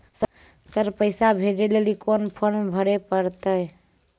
Sir पैसा भेजै लेली कोन फॉर्म भरे परतै?